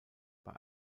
bei